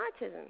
autism